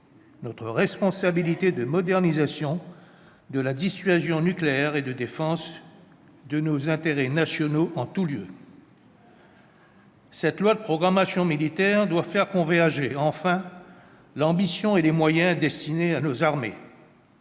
notre responsabilité de modernisation de la dissuasion nucléaire et de défense de nos intérêts nationaux en tous lieux. Cette loi de programmation militaire doit faire converger enfin l'ambition et les moyens destinés à nos armées.